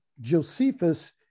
Josephus